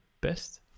best